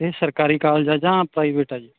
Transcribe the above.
ਇਹ ਸਰਕਾਰੀ ਕਾਲਜ ਜਾਂ ਪ੍ਰਾਈਵੇਟ ਆ ਜੀ